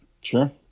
Sure